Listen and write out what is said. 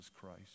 Christ